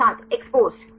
छात्र एक्सपोज्ड